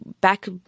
back